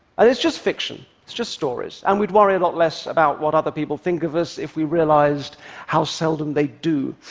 and it's just fiction, it's just stories, and we'd worry a lot less about what other people think of us if we realized how seldom they do.